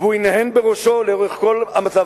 והוא הנהן בראשו לאורך כל הצגת המצב.